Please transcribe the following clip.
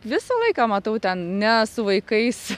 visą laiką matau ten ne su vaikais